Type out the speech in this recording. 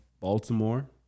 Baltimore